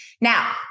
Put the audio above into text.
Now